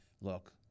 look